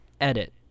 Edit